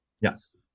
yes